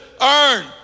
earn